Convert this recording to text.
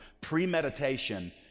premeditation